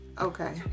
Okay